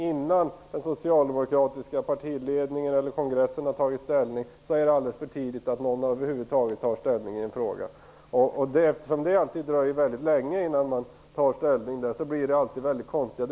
Innan den socialdemokratiska partiledningen eller kongressen har tagit ställning är det för tidigt för någon över huvud taget att ta ställning i en fråga. Eftersom det alltid dröjer väldigt länge blir debatterna fram till dess konstiga.